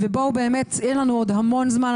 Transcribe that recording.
ובואו, באמת, אין לנו עוד המון זמן.